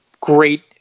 great